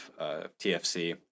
TFC